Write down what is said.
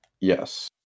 Yes